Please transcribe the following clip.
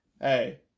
Hey